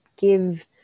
give